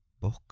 book